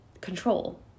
control